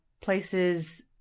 places